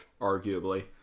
arguably